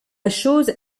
chose